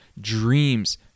dreams